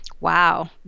Wow